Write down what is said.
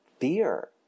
fear